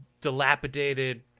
dilapidated